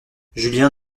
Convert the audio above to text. julien